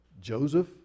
Joseph